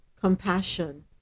compassion